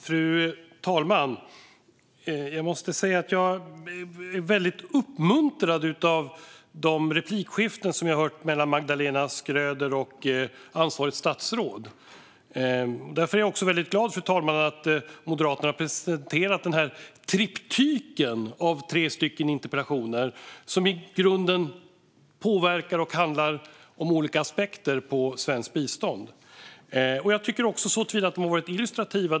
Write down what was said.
Fru talman! Jag är väldigt uppmuntrad av den debatt som jag har hört mellan Magdalena Schröder och ansvarigt statsråd. Därför är jag också glad att Moderaterna har presenterat denna triptyk av interpellationer som i grunden påverkar och handlar om olika aspekter av svenskt bistånd. De har varit illustrativa.